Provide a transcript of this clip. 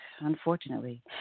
Unfortunately